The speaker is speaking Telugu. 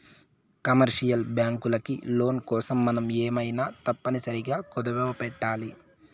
కమర్షియల్ బ్యాంకులకి లోన్ కోసం మనం ఏమైనా తప్పనిసరిగా కుదవపెట్టాలి